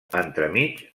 entremig